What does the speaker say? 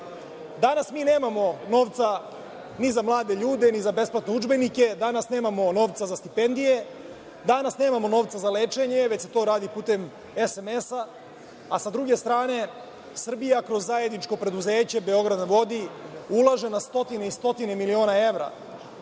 mi nemamo novca ni za mlade ljude, ni za besplatne udžbenike. Danas nemamo novca za stipendije. Danas nemamo novca za lečenje, već se to radi putem SMS-a, a sa druge strane, Srbija kroz zajedničko preduzeće „Beograd na vodi“ ulaže na stotine i stotine miliona evra,